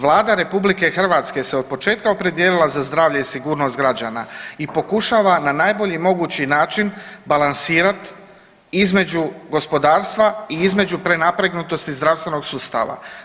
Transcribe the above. Vlada RH se od početka se opredijelila za zdravlje i sigurnost građana i pokušava na najbolji mogući način balansirat između gospodarstva i između prenapregnutosti zdravstvenog sustava.